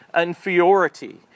inferiority